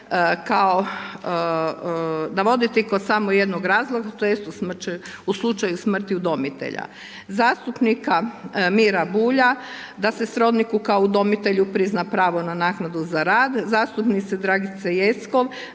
navoditi kao samo jedan razlog tj. u slučaju smrti udomitelja. Zastupnika Mira Bulja da se srodniku kao udomitelju prizna pravo na naknadu za rad. Zastupnica Dragica Jeckov,